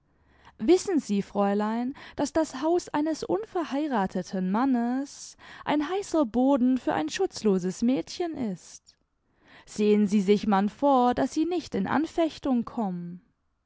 wissen sie fräulein daß das haus eines unverheirateten mannes ein heißer boden für ein schutzloses mädchen ist sehen sie sich man vor daß sie nicht in anfechtung konmien